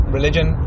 Religion